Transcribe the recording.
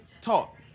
talk